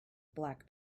black